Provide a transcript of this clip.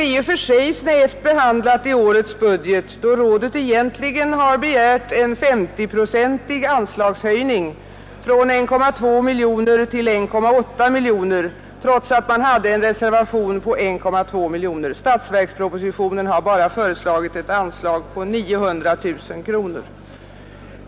I och för sig har det behandlats snävt i årets budget, då rådet egentligen begärt en 50-procentig anslagshöjning från 1,2 miljoner kronor till 1,8 miljoner kronor, trots en reservation på drygt 1,2 miljoner kronor. Statsverkspropositionen har bara föreslagit ett anslag på 900 000 kronor.